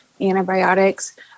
antibiotics